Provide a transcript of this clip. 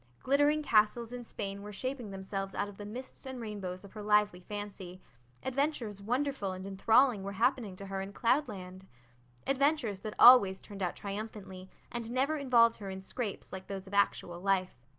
glittering castles in spain were shaping themselves out of the mists and rainbows of her lively fancy adventures wonderful and enthralling were happening to her in cloudland adventures that always turned out triumphantly and never involved her in scrapes like those of actual life.